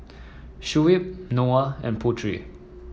Shuib Noah and Putri